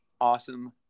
awesome